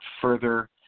further